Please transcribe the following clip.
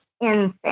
insane